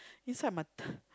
inside my